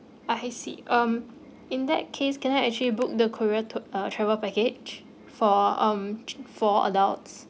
I see um in that case can I actually book the korea tour uh travel package for um four adults